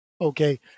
okay